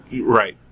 Right